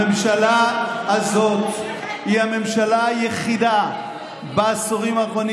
הממשלה הזו היא הממשלה היחידה בעשורים האחרונים